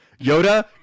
Yoda